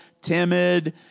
timid